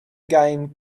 game